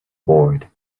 board